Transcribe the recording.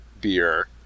beer